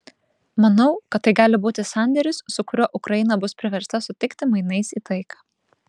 manau kad tai gali būti sandėris su kuriuo ukraina bus priversta sutikti mainais į taiką